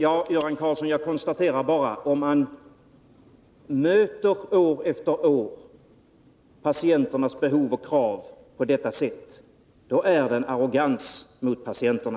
Herr talman! Jag konstaterar bara, Göran Karlsson, att om man år efter år möter patienternas behov och krav på detta sätt, då är det en arrogans mot patienterna.